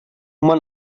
man